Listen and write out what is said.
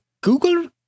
Google